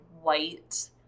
white